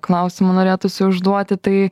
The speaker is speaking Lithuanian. klausimų norėtųsi užduoti tai